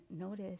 notice